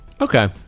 Okay